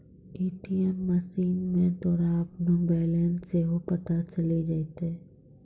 ATM मशीनो मे तोरा अपनो बैलेंस सेहो पता चलि जैतै